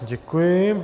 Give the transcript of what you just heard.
Děkuji.